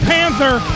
Panther